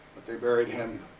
but they buried him